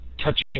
touching